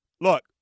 look